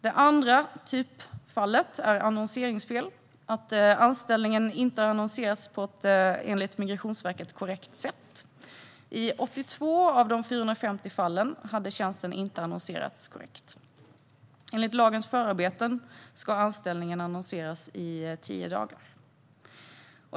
Det andra typfallet är annonseringsfel, det vill säga att anställningen inte har annonserats på ett enligt Migrationsverket korrekt sätt. I 82 av de 450 fallen hade tjänsten inte annonserats korrekt. Enligt lagens förarbeten ska anställningen annonseras i tio dagar.